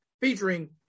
featuring